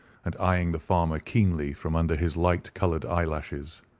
and eyeing the farmer keenly from under his light-coloured eyelashes,